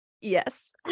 Yes